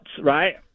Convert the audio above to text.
right